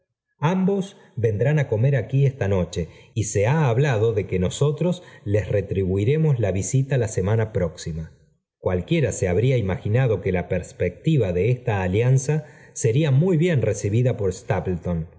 ambos vendrán á comer aquí esta noche y se ha h ablado de que nosotros les retribuiremos la visita la semana próxima cualquiera se habría imaginado que la perspectiva de esta alianza sería muy bien recibida por